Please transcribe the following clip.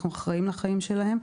אנחנו אחראיים לחיים שלהם,